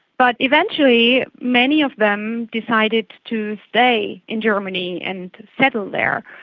but eventually many of them decided to stay in germany and settle there.